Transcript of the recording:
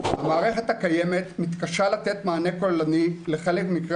המערכת הקיימת מתקשה לתת מענה כוללני לחלק ממקרי